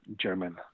German